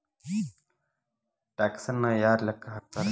ಟ್ಯಾಕ್ಸನ್ನ ಯಾರ್ ಲೆಕ್ಕಾ ಹಾಕ್ತಾರ?